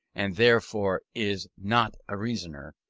and therefore is not a reasoner,